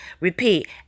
Repeat